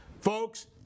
Folks